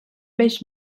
beş